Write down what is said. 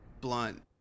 blunt